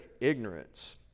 Ignorance